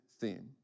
theme